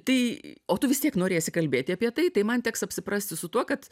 tai o tu vistiek norėsi kalbėti apie tai tai man teks apsiprasti su tuo kad